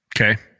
Okay